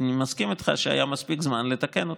אני מסכים איתך שהיה מספיק זמן לתקן אותה.